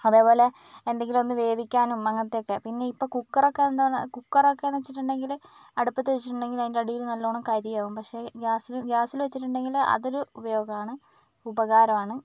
അതേപോലെ എന്തെങ്കിലും ഒന്ന് വേവിക്കാനും അങ്ങനത്തെയൊക്കെ പിന്നെ ഇപ്പോൾ കുക്കറൊക്കെ എന്താണ് കുക്കറൊക്കെയെന്ന് വച്ചിട്ടുണ്ടെങ്കിൽ അടുപ്പത്ത് വച്ചിട്ടുണ്ടെങ്കിൽ അതിന്റെ അടിയിൽ നല്ലോണം കരിയാകും പക്ഷേ ഗ്യാസിൽ ഗ്യാസിൽ വച്ചിട്ടുണ്ടെങ്കിൽ അതൊരു ഉപയോഗമാണ് ഉപകാരമാണ്